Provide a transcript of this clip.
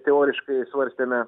teoriškai svarstėme